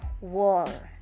wall